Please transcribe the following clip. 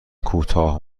کوتاه